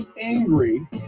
angry